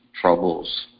troubles